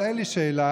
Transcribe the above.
אבל אין לי שאלה.